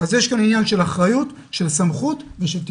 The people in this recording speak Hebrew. אז יש כאן עניין של אחריות, של סמכות ושל תקצוב.